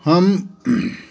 हम